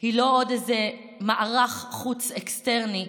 והיא לא עוד איזה מערך חוץ, אקסטרני,